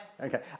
Okay